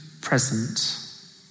present